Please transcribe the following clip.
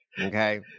Okay